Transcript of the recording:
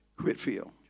Whitfield